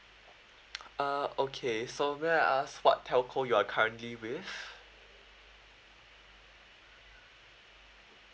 uh okay so may I ask what telco you are currently with